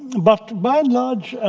but by and large,